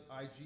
IG